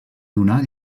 donar